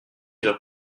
leur